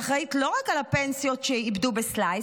שאחראית לא רק לפנסיות שאיבדו ב-Slice,